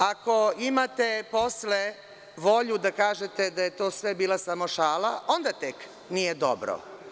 Ako imate posle volju da kažete da je to sve bila samo šala, onda tek nije dobro.